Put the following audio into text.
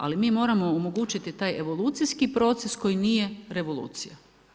Ali mi moramo omogućiti taj evolucijski proces koji nije revolucija.